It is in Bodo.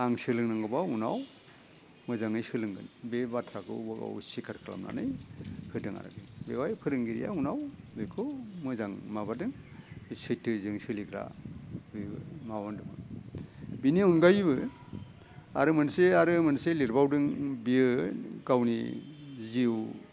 आं सोलोंनांगौबा उनाव मोजाङै सोलोंगोन बे बाथ्राखौ गाव सिखार खालामनानै होदों आरो बेवहाय फोरोंगिरिया उनाव बेखौ मोजां माबादों सैथोजों सोलिग्रा बे माबादों बेनि अनगायैबो आरो मोनसे आरो मोनसे लिरबावदों बेयो गावनि जिउ